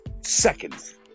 seconds